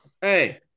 Hey